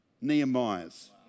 Nehemiah's